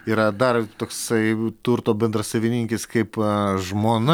yra dar toksai turto bendrasavininkis kaip žmona